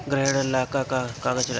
गृह ऋण ला का का कागज लागी?